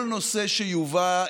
כל נושא שיובא,